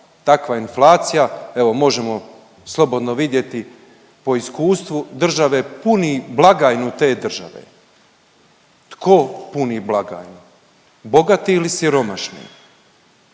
takva inflacija. Evo možemo slobodno vidjeti po iskustvu države puni blagajnu te države. Tko puni blagajnu? Bogati ili siromašni?